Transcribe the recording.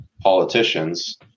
politicians